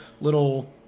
little